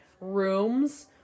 rooms